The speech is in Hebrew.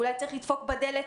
אולי צריך לדפוק בדלת.